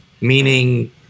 meaning